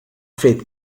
fet